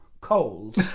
cold